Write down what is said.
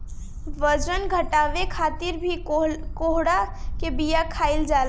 बजन घटावे खातिर भी कोहड़ा के बिया खाईल जाला